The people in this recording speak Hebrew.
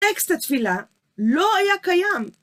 טקסט התפילה לא היה קיים.